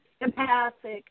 empathic